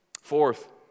Fourth